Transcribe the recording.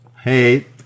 Hey